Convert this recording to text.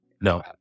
No